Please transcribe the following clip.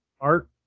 Art